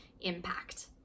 impact